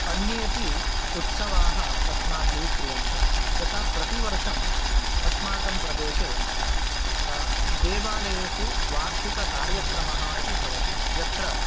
अन्येपि उत्सवाः अस्माभिः क्रियन्ते यथा प्रतिवर्षम् अस्माकं प्रदेशे देवालयेषु वार्षिककार्यक्रमः इति भवति यत्र